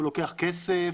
הוא לוקח כסף,